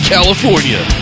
California